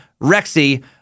Rexy